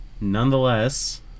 Nonetheless